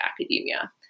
academia